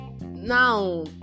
Now